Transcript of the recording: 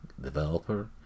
developer